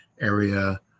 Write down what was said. Area